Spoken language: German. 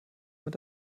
mit